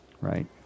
Right